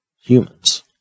humans